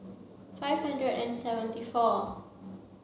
five hundred and seventy four